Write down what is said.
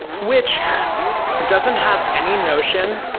which doesn't have any notion,